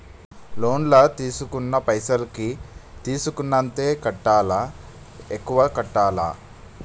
Loan లా తీస్కున్న పైసల్ కి తీస్కున్నంతనే కట్టాలా? ఎక్కువ కట్టాలా?